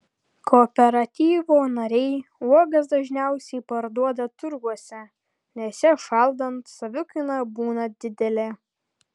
kooperatyvo nariai uogas dažniausiai parduoda turguose nes jas šaldant savikaina būna didelė